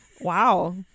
Wow